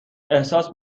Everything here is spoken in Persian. احساس